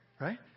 right